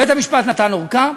בית-המשפט נתן ארכה.